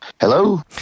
Hello